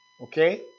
Okay